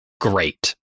great